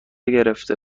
گرفته